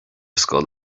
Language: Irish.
scoil